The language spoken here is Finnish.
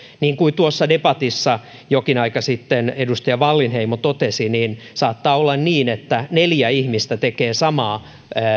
niin kuin tuossa debatissa jokin aika sitten edustaja wallinheimo totesi saattaa olla niin että neljä ihmistä tekee samaa